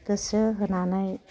गोसो होनानै